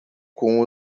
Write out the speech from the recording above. com